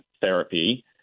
therapy